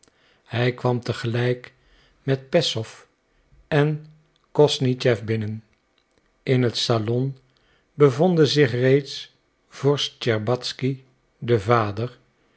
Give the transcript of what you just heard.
hij kwam te gelijk met peszow en kosnischew binnen in het salon bevonden zich reeds vorst tscherbatzky de vader